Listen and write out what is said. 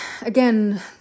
again